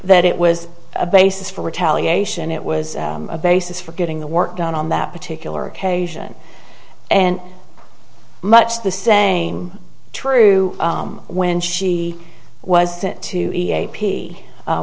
that it was a basis for retaliation it was a basis for getting the work done on that particular occasion and much the same true when she was sent to